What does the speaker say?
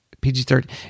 PG-30